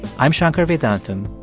i'm shankar vedantam,